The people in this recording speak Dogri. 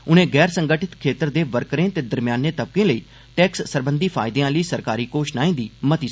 उनें गैर संगठित खेत्तर दे वर्करें ते दरम्याने तबके लेई टैक्स सरबंधी फायदें आह्ली सरकारी घोशणाएं दी मती सराह्ना कीती ऐ